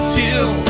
till